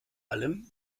allem